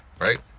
right